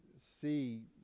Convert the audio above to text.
see